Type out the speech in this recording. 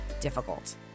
difficult